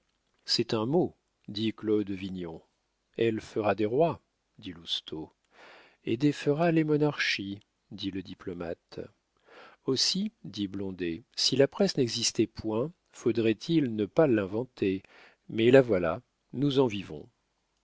c'est un mot dit claude vignon elle fera des rois dit lousteau et défera les monarchies dit le diplomate aussi dit blondet si la presse n'existait point faudrait-il ne pas l'inventer mais la voilà nous en vivons